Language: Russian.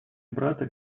брата